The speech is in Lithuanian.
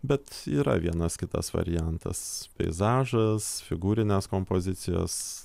bet yra vienas kitas variantas peizažas figūrinės kompozicijos